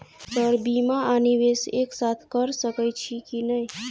Sir बीमा आ निवेश एक साथ करऽ सकै छी की न ई?